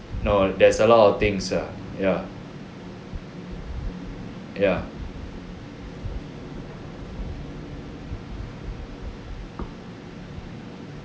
no there's a lot of things ah ya ya